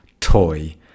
toy